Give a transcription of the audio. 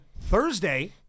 Thursday